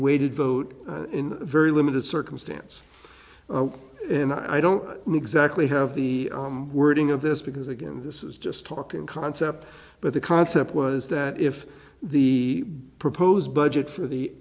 weighted vote in a very limited circumstance and i don't know exactly have the wording of this because again this is just talking concept but the concept was that if the proposed budget for the